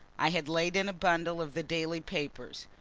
i had laid in a bundle of the daily papers.